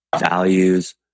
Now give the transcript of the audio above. values